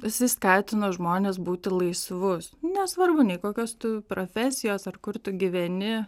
jisai skatino žmones būti laisvus nesvarbu nei kokios tu profesijos ar kur tu gyveni